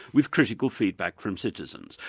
with critical feedback from citizens.